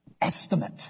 estimate